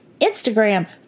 Instagram